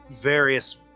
various